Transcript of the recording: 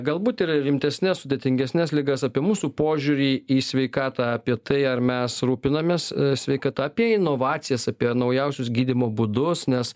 galbūt ir rimtesnes sudėtingesnes ligas apie mūsų požiūrį į sveikatą apie tai ar mes rūpinamės sveikata apie inovacijas apie naujausius gydymo būdus nes